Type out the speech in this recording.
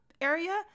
area